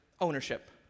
ownership